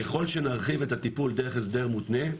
ככל שנרחיב את הטיפול דרך הסדר מותנה,